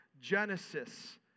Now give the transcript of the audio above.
Genesis